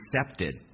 accepted